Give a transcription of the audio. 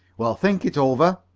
well, think it over,